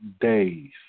days